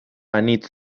anitz